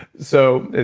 so,